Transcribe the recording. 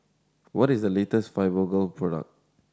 what is the latest Fibogel product